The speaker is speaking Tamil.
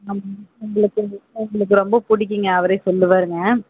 ஆமாம் உங்களுக்கு உங்களுக்கு ரொம்ப பிடிக்குங்க அவரே சொல்லுவாருங்க